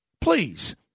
Please